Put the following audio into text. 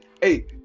Hey